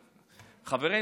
חברנו בני בגין,